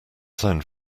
sound